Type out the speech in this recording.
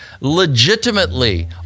legitimately